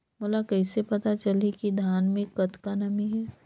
मोला कइसे पता चलही की धान मे कतका नमी हे?